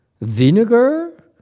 vinegar